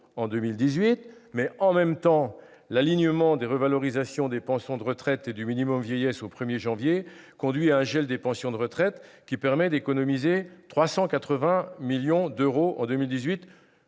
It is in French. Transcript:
en 2018 ;« en même temps », l'alignement des revalorisations des pensions de retraite et du minimum vieillesse au 1 janvier conduit à un gel des pensions de retraite qui permet d'économiser 380 millions d'euros en 2018,